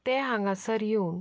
ते हांगासर येवन